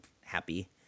happy